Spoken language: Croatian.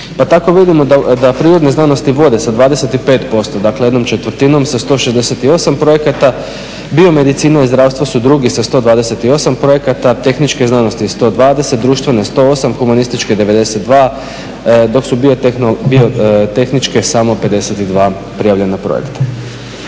Pa tako vidimo da prirodne znanosti vode sa 25% dakle jednom četvrtinom sa 168 projekata, biomedicina i zdravstvo su drugi sa 128 projekata, tehničke znanosti 120, društvene 108, humanističke 92, dok su biotehničke samo 52 prijavljena projekta.